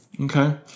Okay